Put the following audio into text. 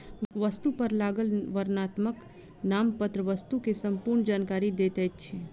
वस्तु पर लागल वर्णनात्मक नामपत्र वस्तु के संपूर्ण जानकारी दैत अछि